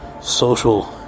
social